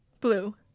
Blue